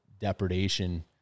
depredation